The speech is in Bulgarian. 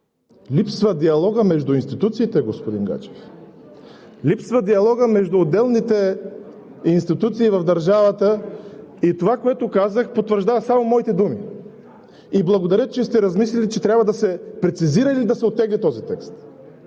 Липсва диалогът между институциите, господин Гаджев! Липсва диалогът между отделните институции в държавата и това, което казах, само потвърждава моите думи. Благодаря, че сте размислили, че трябва да се прецизира или оттегли този текст,